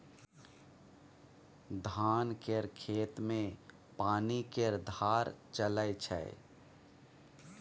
धान केर खेत मे पानि केर धार चलइ छै